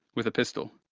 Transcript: with a pistol.